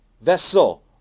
Vessel